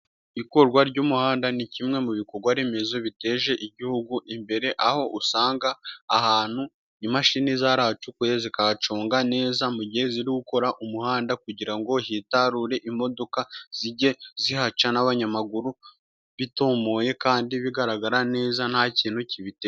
ikorwa ry'umuhanda ni kimwe mu bikorwaremezo biteje igihugu imbere; aho usanga ahantu imashini zarahacukuye zikahacunga neza mu gihe ziri gukora umuhanda kugira ngo hitarure, imodoka zijye zihaca n'abanyamaguru bitomoye kandi bigaragara neza nta kintu kibitera.